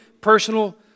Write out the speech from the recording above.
Personal